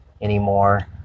anymore